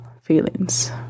feelings